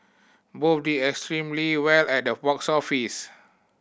both did extremely well at the box office